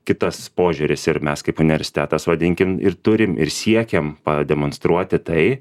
kitas požiūris ir mes kaip universitetas vadinkim ir turim ir siekiam pademonstruoti tai